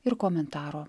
ir komentaro